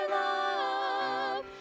love